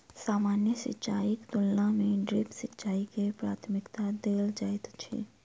सामान्य सिंचाईक तुलना मे ड्रिप सिंचाई के प्राथमिकता देल जाइत अछि